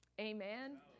amen